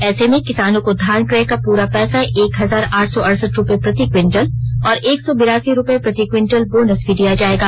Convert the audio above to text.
ऐसे में किसानों को धान क्रय का पूरा पैसा एक हजार आठ सौ अड़सठ रूपये प्रति क्विंटल और एक सौ बिरासी रूपये प्रति क्विंटल बोनस भी दिया जाएगा